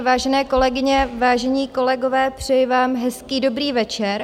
Vážené kolegyně, vážení kolegové, přeji vám hezký dobrý večer.